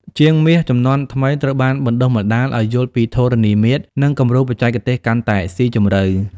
ជាងមាសជំនាន់ថ្មីត្រូវបានបណ្ដុះបណ្ដាលឱ្យយល់ពីធរណីមាត្រ និងគំនូរបច្ចេកទេសកាន់តែស៊ីជម្រៅ។